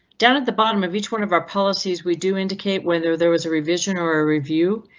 down at the bottom of each one of our policies, we do indicate whether there was a revision or a review,